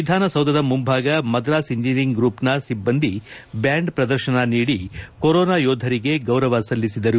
ವಿಧಾನಸೌಧದ ಮುಂಭಾಗ ಮದ್ರಾಸ್ ಇಂಜಿನಿಯರಿಂಗ್ ಗ್ರೂಪ್ನ ಸಿಬ್ಬಂದಿ ಬ್ಬಾಂಡ್ ಪ್ರದರ್ಶನ ನೀಡಿ ಕೊರೋನಾ ಯೋಧರಿಗೆ ಗೌರವ ಸಲ್ಲಿಸಿದರು